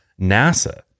nasa